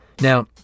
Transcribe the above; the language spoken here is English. Now